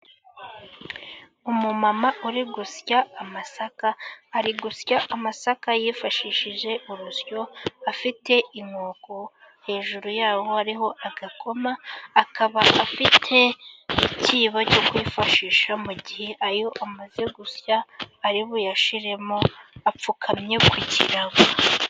Umumama uri gusya amasaka . Ari gusya amasaka yifashishije urusyo. Afite inkoko hejuru y'aho hari agakoma. Akaba afite icyibo cyo kwifashisha mu gihe iyo amaze gusya ari buyishiremo. Apfukamye ku kirago.